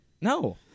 No